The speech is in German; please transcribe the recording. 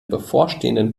bevorstehenden